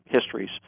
histories